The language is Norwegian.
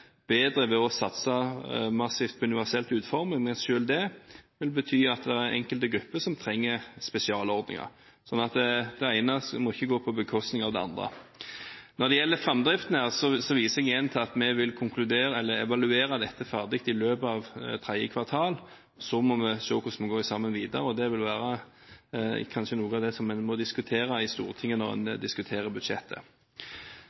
bedre ved å satse massivt på universell utforming, men selv det vil bety at det er enkelte grupper som trenger spesialordninger. Det ene må ikke gå på bekostning av det andre. Når det gjelder framdriften, viser jeg igjen til at vi vil evaluere dette ferdig i løpet av tredje kvartal. Deretter må vi se hvordan vi skal gå sammen videre, og det vil kanskje være noe av det en må diskutere i Stortinget, når